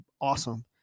awesome